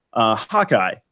Hawkeye